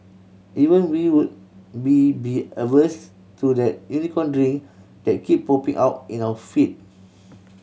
even we would be be averse to that Unicorn Drink that keep popping out in our feed